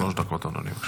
שלוש דקות, אדוני.